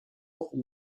oncle